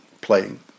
playing